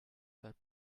that